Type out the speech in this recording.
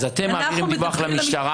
אז אתם מעבירים דיווח למשטרה,